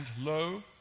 lo